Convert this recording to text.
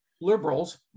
liberals